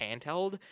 handheld